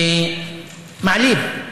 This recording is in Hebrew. מעליב.